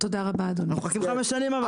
אבל אנחנו מחכים 5 שנים.